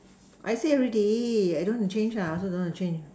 I say already I don't want to change I also don't want to change